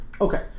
Okay